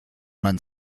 man